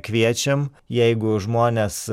kviečiam jeigu žmonės